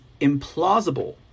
implausible